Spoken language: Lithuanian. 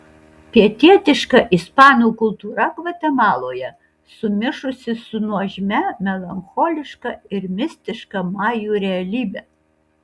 pietietiška ispanų kultūra gvatemaloje sumišusi su nuožmia melancholiška ir mistiška majų realybe